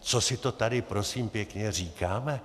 Co si to tady, prosím pěkně, říkáme?